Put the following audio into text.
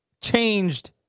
changed